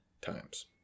times